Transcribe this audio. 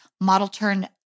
model-turned-